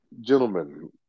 Gentlemen